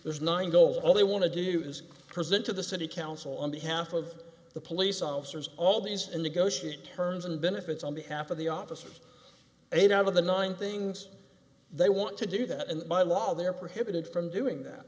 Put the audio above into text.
there's nine goals all they want to do is present to the city council on behalf of the police officers all these in negotiation terms and benefits on behalf of the officers eight out of the nine things they want to do that and by law they're prohibited from doing that